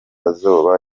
azoba